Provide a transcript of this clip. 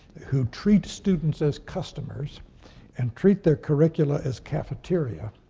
who treat students as customers and treat their curricula as cafeteria,